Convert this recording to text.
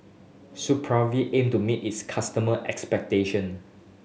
Supravit aim to meet its customer expectation